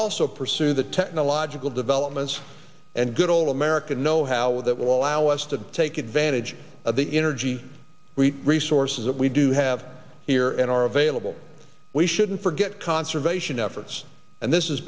also pursue the technological developments and good old american know how that will allow us to take advantage of the energy we resources that we do have here and are available we shouldn't forget conservation efforts and this